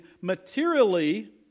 materially